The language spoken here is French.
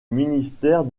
ministère